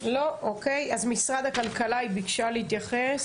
אז נציגת משרד הכלכלה ביקשה להתייחס.